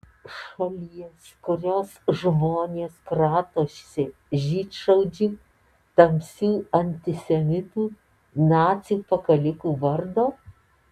šalies kurios žmonės kratosi žydšaudžių tamsių antisemitų nacių pakalikų vardo